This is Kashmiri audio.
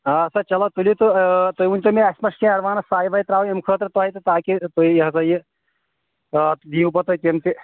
آسا چَلو تُلِو تہٕ تُہی ؤنۍتو مےٚ اسہِ ما چھُ کیٚنٛہہ ایٚڈوانٕس سے وے ترٛاوٕنۍ امہِ خٲطرٕ تۄہہِ تہٕ تاکہِ تُہۍ یہِ ہسا یہِ دِیِو پَتہٕ تُہۍ تِم تہِ